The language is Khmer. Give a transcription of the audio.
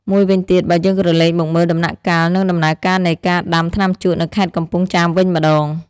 មួយវិញទៀតបើយើងក្រលេកមកមើល ដំណាក់កាល និងដំណើរការនៃការដាំថ្នាំជក់នៅខេត្តកំពង់ចាមវិញម្តង។